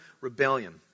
rebellion